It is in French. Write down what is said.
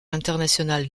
international